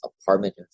apartment